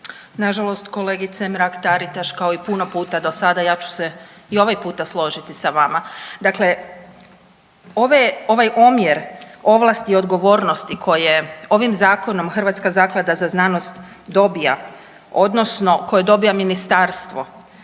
Nažalost kolegice Mrak Taritaš kao i puno puta do sada ja ću se i ovaj put složiti sa vama. Dakle, ove, ovaj omjer ovlasti i odgovornosti koje ovim zakonom Hrvatska zaklada za znanost dobija odnosno koje dobija ministarstvo